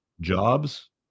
jobs